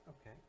Okay